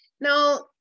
Now